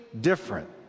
different